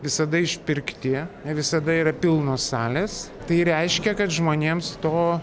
visada išpirkti ne visada yra pilnos salės tai reiškia kad žmonėms to